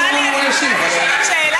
נפתלי, אני רוצה לשאול עוד שאלה.